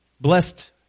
Blessed